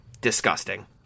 Disgusting